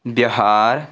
Bihar